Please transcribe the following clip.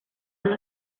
los